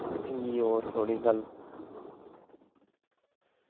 मिगी होर थुआढ़ी गल्ल